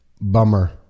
bummer